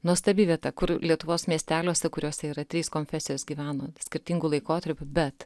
nuostabi vieta kur lietuvos miesteliuose kuriuose yra trys konfesijos gyveno skirtingų laikotarpiu bet